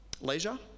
Leisure